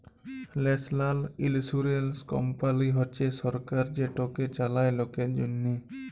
national ইলসুরেলস কমপালি হছে সরকার যেটকে চালায় লকের জ্যনহে